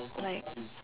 like